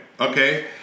Okay